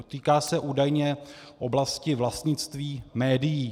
Týká se údajně oblasti vlastnictví médií.